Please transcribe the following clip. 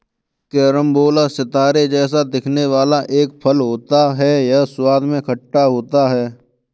carambola सितारे जैसा दिखने वाला एक फल होता है यह स्वाद में खट्टा होता है